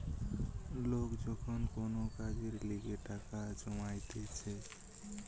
লোক যখন কোন কাজের লিগে টাকা জমাইতিছে